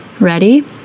Ready